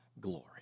glory